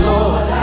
Lord